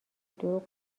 دروغ